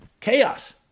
Chaos